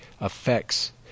affects